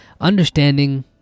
understanding